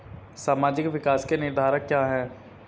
सामाजिक विकास के निर्धारक क्या है?